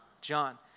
John